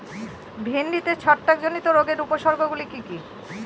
ভিন্ডিতে ছত্রাক জনিত রোগের উপসর্গ গুলি কি কী?